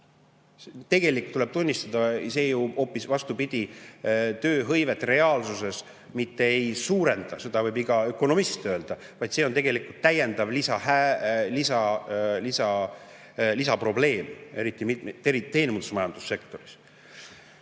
Tegelikult tuleb tunnistada, et see ju hoopis vastupidi tööhõivet reaalsuses ei suurenda – seda võib iga ökonomist öelda –, vaid see on tegelikult lisaprobleem, eriti terav teenindus-, majandussektoris.